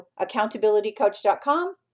accountabilitycoach.com